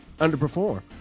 underperform